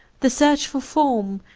the search for form,